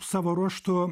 savo ruožtu